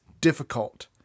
difficult